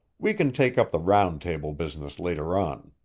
we can take up the round table business later on.